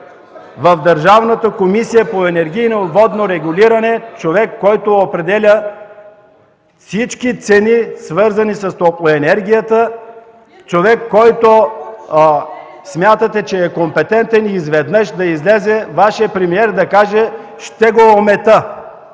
в Държавната комисия по енергийно и водно регулиране човек, който определя всички цени, свързани с топлоенергията, човек, който смятахте, че е компетентен и изведнъж да излезе Вашият премиер и да каже: „Ще го омета”.